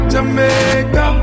Jamaica